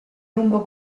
lungo